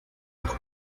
ajo